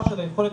ויש גם את ריאד,